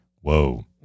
Whoa